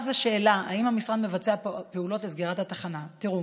לשאלה אם המשרד מבצע פעולות לסגירת התחנה: תראו,